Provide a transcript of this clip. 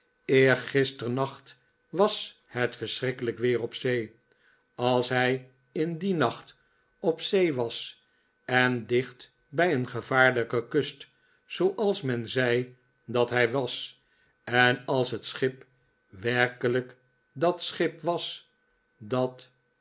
was eergisternacht was het verschrikkelijk weer op zee als hij in dien nacht op zee was en dicht bij een gevaarlijke kust zooals men zei dat hij was en als het schip werkelijk dat schip was dat